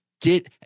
get